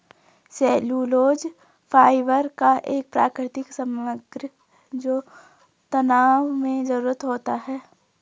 cellulose fibre का एक प्राकृतिक समग्र जो तनाव में मजबूत होता है